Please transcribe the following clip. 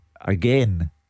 again